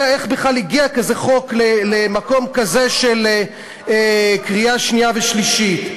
איך הגיע כזה חוק למקום כזה של קריאה שנייה ושלישית.